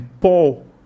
Paul